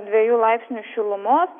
dviejų laipsnius šilumos